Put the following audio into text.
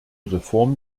reform